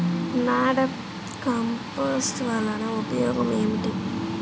NADEP compost వలన ఉపయోగం ఏమిటి?